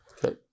Okay